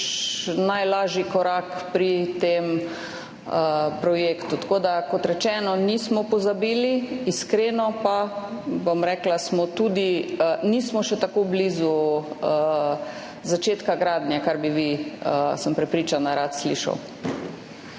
najlažji korak pri tem projektu. Kot rečeno, nismo pozabili, iskreno pa, bom rekla, nismo še tako blizu začetka gradnje, kar bi vi, sem prepričana, radi slišali.